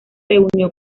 reunió